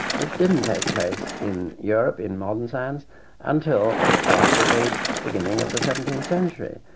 which didn't take place in europe in modern science until after the beginning of the seventeenth century.